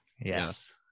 yes